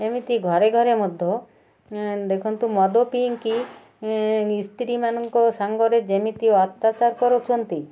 ଏମିତି ଘରେ ଘରେ ମଧ୍ୟ ଦେଖନ୍ତୁ ମଦ ପିକି ସ୍ତ୍ରୀମାନଙ୍କ ସାଙ୍ଗରେ ଯେମିତି ଅତ୍ୟାଚାର କରୁଛନ୍ତି